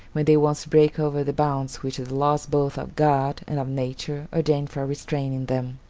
when they once break over the bounds which the laws both of god and of nature ordain for restraining them.